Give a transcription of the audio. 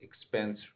expense